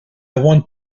want